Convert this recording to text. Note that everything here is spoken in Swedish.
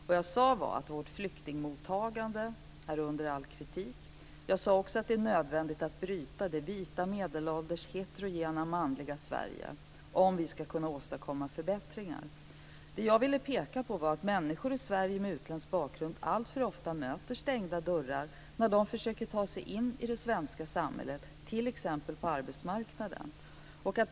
Vad jag sade var att "vårt flyktingmottagande är under all kritik". Jag sade också att det är nödvändigt att bryta "det vita, medelålders, heterogena, manliga Sverige" om vi ska kunna åstadkomma förbättringar. Det jag ville peka på var att människor i Sverige med utländsk bakgrund alltför ofta möter stängda dörrar när de försöker ta sig in i det svenska samhället, t.ex. på arbetsmarknaden.